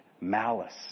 Malice